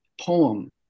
poem